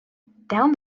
down